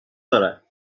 دارد